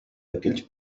aquells